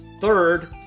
third